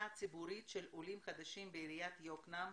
הציבורית של עולים חדשים בעיריית יקנעם.